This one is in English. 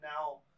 Now